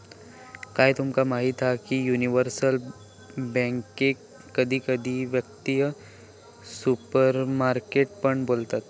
काय तुमका माहीत हा की युनिवर्सल बॅन्केक कधी कधी वित्तीय सुपरमार्केट पण बोलतत